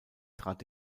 trat